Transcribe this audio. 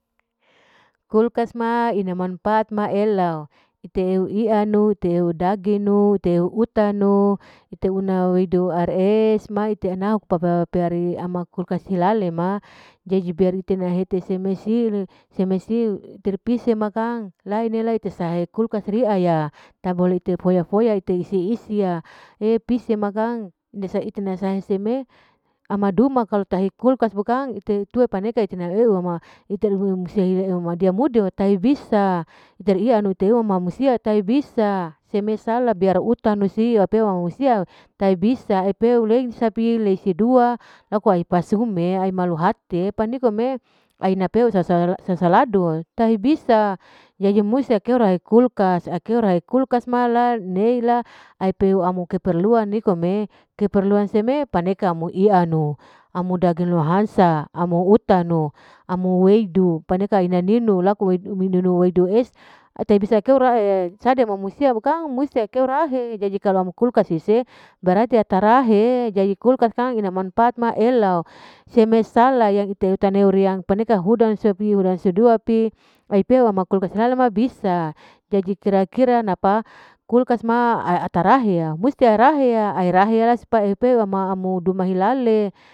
Kulkas ma ina manfaat ma elau ite ianu. ite nu daging no. ite uuta nu. ite una eudu air es ma ma ite anau pab apeari'i ma kulkas hilale ma. jadi biar ite mehete seme siu, seme siu iter pise ma kang laene laeng ite sahe kulkas riaya tabole ite foya-foya ite i'isya episie ma kang hise ite hesa heseme ama duma kalu tahi kulkas bukang ite tue paneke ite naewa ma tae bisa itarianu musi tae bisa semisala biar utanu si tae bisa laese dua lako malo hatie pandekome sasaladul tae bisa kulkas neila apemeu keperluan nikome keperluan seme paneka moianu amo utanu amowedu paneka berarti atarahe jadi kulkas manfaat ma elau seme sala, ite aunuria paneka huda riya sudua ti ha kuskas hela ma bisa, jadi kira kira napa kulkas ma atarahe musti arahea, araheya pemadumu hilale.